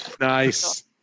Nice